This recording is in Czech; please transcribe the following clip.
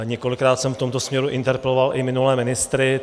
Několikrát jsem v tomto směru interpeloval i minulé ministry.